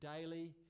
daily